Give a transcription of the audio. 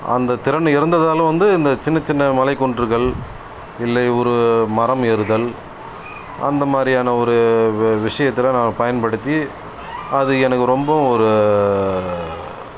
அந்த திறன் இருந்ததால் வந்து இந்த சின்னச் சின்ன மலைக்குன்றுகள் இல்லை ஒரு மரம் ஏறுதல் அந்த மாதிரியான ஒரு வி விஷயத்தில் நான் பயன்படுத்தி அது எனக்கு ரொம்பவும் ஒரு